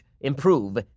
improve